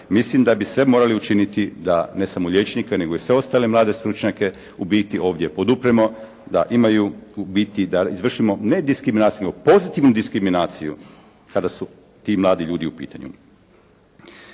Mislim da bi sve morali učiniti da ne samo liječnike, nego i sve ostale mlade stručnjake, u biti ovdje podupremo, da imaju u biti da izvršimo, ne diskriminaciju nego pozitivnu diskriminaciju kada su ti mladi ljudi u pitanju.